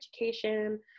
education